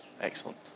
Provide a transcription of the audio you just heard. Excellent